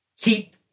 keep